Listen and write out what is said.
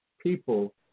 people